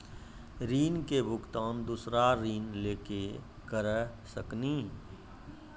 ऋण के भुगतान दूसरा ऋण लेके करऽ सकनी?